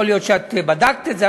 יכול להיות שבדקת את זה.